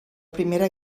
primera